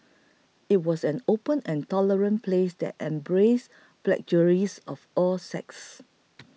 it was an open and tolerant place that embraced pugilists of all sects